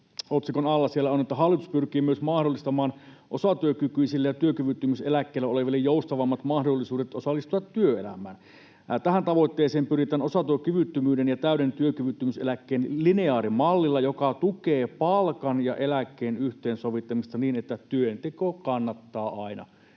alla on, että hallitus pyrkii myös mahdollistamaan osatyökykyisille ja työkyvyttömyyseläkkeellä oleville joustavammat mahdollisuudet osallistua työelämään. Tähän tavoitteeseen pyritään osatyökyvyttömyyden ja täyden työkyvyttömyyseläkkeen lineaarimallilla, joka tukee palkan ja eläkkeen yhteensovittamista niin, että työnteko kannattaa aina.